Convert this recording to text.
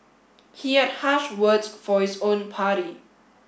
he had harsh words for his own party